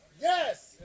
Yes